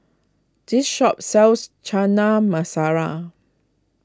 this shop sells Chana Masala